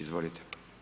Izvolite.